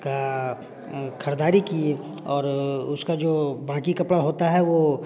का खरीदारी किये और उसका जो बाकी कपड़ा होता हैं वो